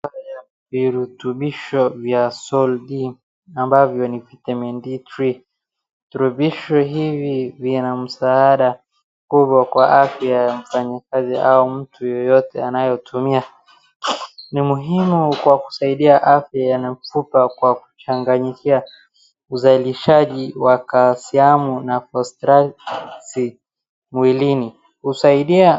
Virutubisho vya soldin ambavyo ni vitamin D3 . Virutubisho hivi yana msaada kubwa kwa afya ya mfanyikazi au mtu yeyote anayetumia. Ni muhimu kwa kusaidia afya ya mifupa kwa kuchanganyakia uzalishaji wa kalsiamu na postraisin mwilini. Husaidia.